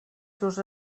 seus